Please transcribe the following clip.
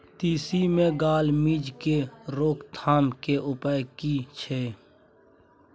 तिसी मे गाल मिज़ के रोकथाम के उपाय की छै?